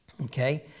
Okay